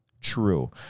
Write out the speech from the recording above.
True